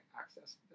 access